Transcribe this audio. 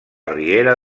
riera